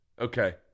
Okay